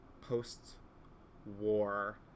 post-war